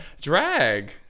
drag